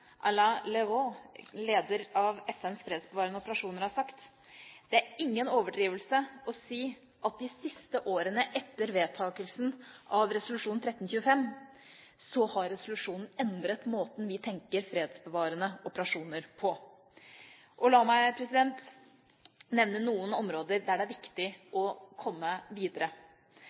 leder av FNs fredsbevarende operasjoner, har sagt: Det er ingen overdrivelse å si at de siste årene etter vedtakelsen av resolusjon 1325 har resolusjonen endret måten vi tenker fredsbevarende operasjoner på. La meg nevne noen områder der det er viktig å komme videre: